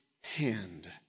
hand